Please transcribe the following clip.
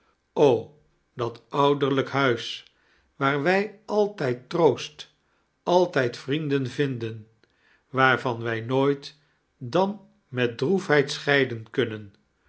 dat ouderlijk huis waar wij altijd troost altijd vrienden vinden waarvan wij nooit dan met dtroefheid scheiden kunnen